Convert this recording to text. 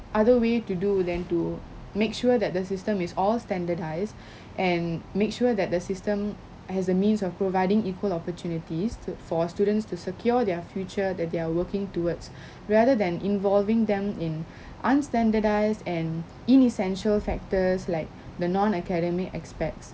other way to do then to make sure that the system is all standardized and make sure that the system has a means of providing equal opportunities to for students to secure their future that they are working towards rather than involving them in unstandardised and inessential factors like the non academic aspects